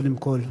קודם כול,